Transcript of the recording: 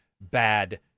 bad